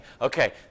okay